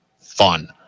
fun